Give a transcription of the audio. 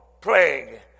plague